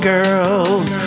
Girls